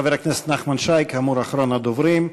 חבר הכנסת נחמן שי, כאמור, הוא אחרון הדוברים.